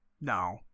No